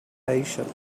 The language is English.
patient